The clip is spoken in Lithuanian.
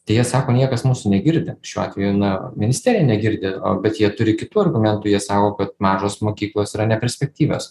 tai jie sako niekas mūsų negirdi šiuo atveju na ministerija negirdi o bet jie turi kitų argumentų jie sako kad mažos mokyklos yra neperspektyvios